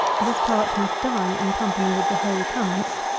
this part must die in company with the whole plants,